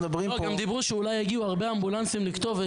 גם דיברו שאולי יגיעו הרבה אמבולנסים לכתובת